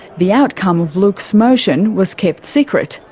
the outcome of luke's motion was kept secret,